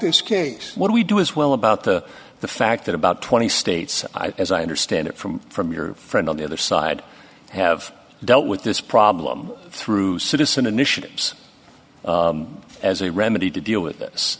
case what we do as well about the the fact that about twenty states as i understand it from from your friend on the other side have dealt with this problem through citizen initiatives as a remedy to deal with this